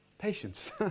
patience